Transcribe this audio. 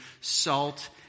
salt